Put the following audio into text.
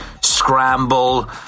Scramble